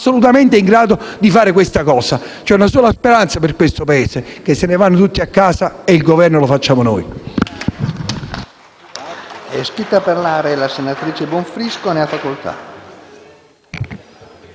assolutamente in grado di farlo. C'è una sola speranza per questo Paese: che se ne vanno tutti a casa e che il Governo lo facciamo noi.